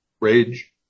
rage